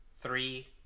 three